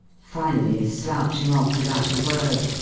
finally slouching off without a word.